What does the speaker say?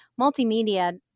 multimedia